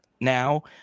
now